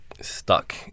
stuck